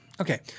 okay